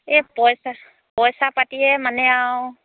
এই পইচা পইচা পাতিয়ে মানে আৰু